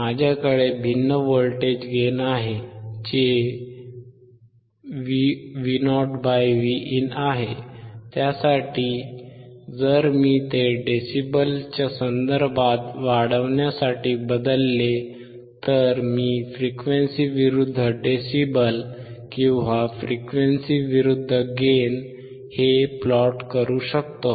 माझ्याकडे भिन्न voltage gain आहे जे VoVin आहे त्यासाठी जर मी ते डेसिबलच्या संदर्भात वाढवण्यासाठी बदलले तर मी फ्रिक्वेन्सी विरुद्ध डेसिबल किंवा फ्रिक्वेन्सी विरुद्ध गेन प्लॉट करू शकतो